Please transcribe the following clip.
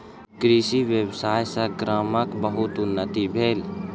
कृषि व्यवसाय सॅ गामक बहुत उन्नति भेल